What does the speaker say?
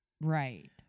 Right